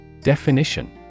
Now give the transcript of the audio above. Definition